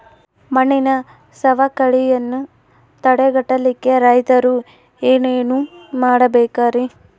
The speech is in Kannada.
ಮಣ್ಣಿನ ಸವಕಳಿಯನ್ನ ತಡೆಗಟ್ಟಲಿಕ್ಕೆ ರೈತರು ಏನೇನು ಮಾಡಬೇಕರಿ?